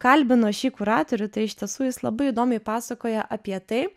kalbino šį kuratorių tai iš tiesų jis labai įdomiai pasakoja apie tai